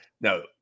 No